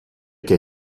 che